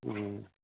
ہوں